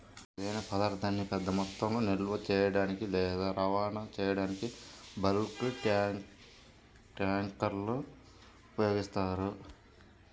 ఏదైనా పదార్థాన్ని పెద్ద మొత్తంలో నిల్వ చేయడానికి లేదా రవాణా చేయడానికి బల్క్ ట్యాంక్లను ఉపయోగిస్తారు